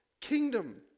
kingdom